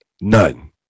None